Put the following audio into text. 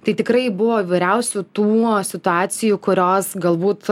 tai tikrai buvo įvairiausių tų situacijų kurios galbūt